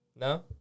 No